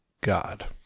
God